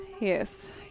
Yes